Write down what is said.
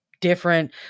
different